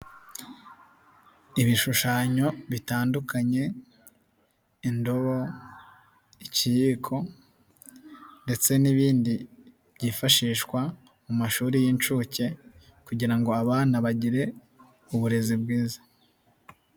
Ibishushanyo bitandukanye, indobo, ikiyiko ndetse n'ibindi byifashishwa mu mashuri y'inshuke kugira ngo abana bagire uburezi bwiza.